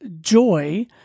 joy